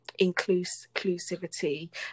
inclusivity